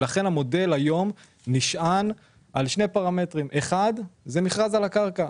אחד מהפרמטרים שעליו נשען המודל זה מכרז על הקרקע.